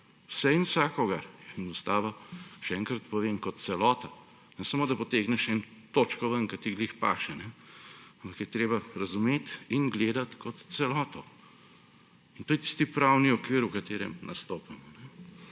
vse in vsakogar. Ustava, še enkrat povem, kot celota, ne samo da potegneš eno točko ven, ki ti ravno paše, ampak je treba razumeti in gledati kot celoto. In to je tisti pravni okvir, v katerem nastopamo.